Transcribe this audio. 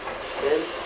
then